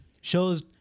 Shows